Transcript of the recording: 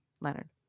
Leonard